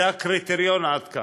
זה הקריטריון, עד כאן.